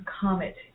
comet